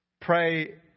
Pray